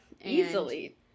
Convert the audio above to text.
Easily